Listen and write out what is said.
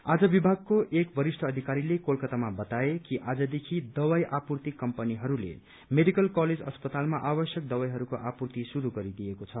आज विभागको एक वरिष्ट अधिकारीले कोलकतामा बताए कि आजदेखि दवाई आपूर्ति कम्पनीहरूले मेडिकल कलेज अस्पतालमा आवश्यक दवाईहरूको आपूर्ति शुरू गरिदिएको छ